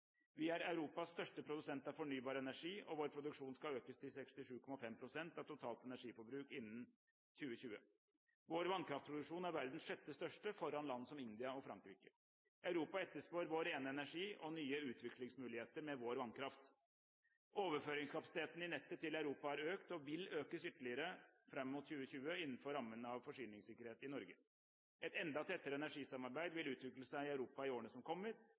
Vi er Europas største produsent av fornybar energi, og vår produksjon skal økes til 67,5 pst. av totalt energiforbruk innen 2020. Vår vannkraftproduksjon er verdens sjette største, foran land som India og Frankrike. Europa etterspør vår rene energi og nye utvekslingsmuligheter med vår vannkraft. Overføringskapasiteten i nettet til Europa har økt og vil økes ytterligere fram mot 2020 innenfor rammen av forsyningssikkerhet i Norge. Et enda tettere energisamarbeid vil utvikle seg i Europa i årene som kommer,